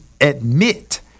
admit